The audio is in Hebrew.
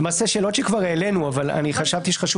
למעשה שאלות שכבר העלינו אבל חשבתי שחשוב